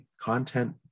content